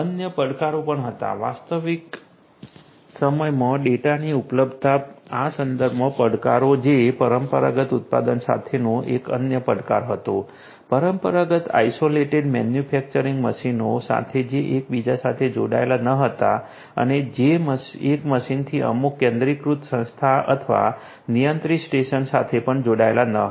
અન્ય પડકારો પણ હતા વાસ્તવિક સમયમાં ડેટાની ઉપલબ્ધતાના સંદર્ભમાં પડકારો જે પરંપરાગત ઉત્પાદન સાથેનો એક અન્ય પડકાર હતો પરંપરાગત આઇસોલેટેડ મેન્યુફેક્ચરિંગ મશીનો સાથે જે એક બીજા સાથે જોડાયેલા ન હતા અને જે એક મશીનથી અમુક કેન્દ્રીયકૃત સંસ્થા અથવા નિયંત્રિત સ્ટેશન સાથે પણ જોડાયેલા ન હતા